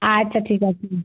আচ্ছা ঠিক আছে